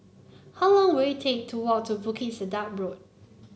how long will it take to walk to Bukit Sedap Road